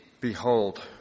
Behold